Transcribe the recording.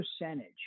percentage